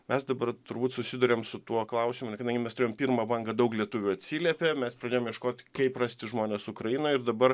mes dabar turbūt susiduriam su tuo klausimu na kadangi mes turėjom pirmą bangą daug lietuvių atsiliepė mes pradėjom ieškot kaip rasti žmones ukrainoj ir dabar